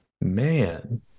Man